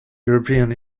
european